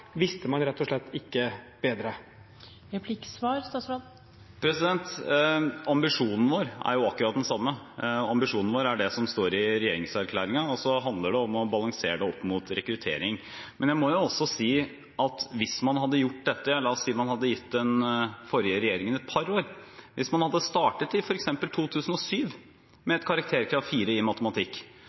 visste man rett og slett ikke bedre? Ambisjonen vår er akkurat den samme, ambisjonen vår er det som står i regjeringserklæringen, og det handler om å balansere det opp mot rekruttering. Hvis man hadde gitt den forrige regjeringen et par år, hvis man hadde startet i f.eks. 2007 med et karakterkrav 4 i matematikk,